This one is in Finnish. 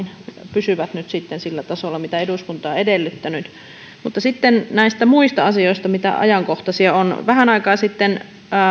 pysyvät nyt sitten sillä tasolla mitä eduskunta on edellyttänyt mutta sitten näistä muista asioista mitkä ajankohtaisia ovat vähän aikaa sitten